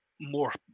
more